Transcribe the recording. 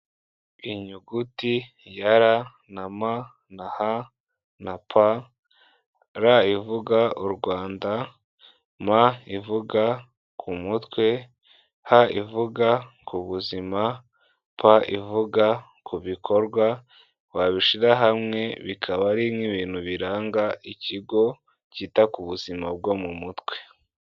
Inyuguti ya ra na ma na ha na pa, ra ivuga u Rwanda, ma ivuga ku mutwe, ha ivuga ku buzima, pa ivuga ku bikorwa, wabishyira hamwe bikaba ari nk' ibintuintu biranga ikigo cyita ku buzima bwo mu mutwe.